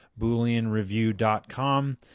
BooleanReview.com